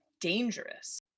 dangerous